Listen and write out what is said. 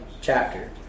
chapter